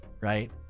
right